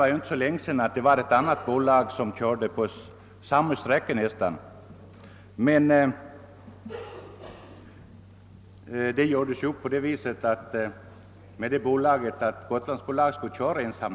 För inte så länge sedan fanns det ett annat bolag som trafikerade nästan samma sträcka, men man gjorde rätt snart upp med det om att Gotlandsbolaget skulle få köra ensamt.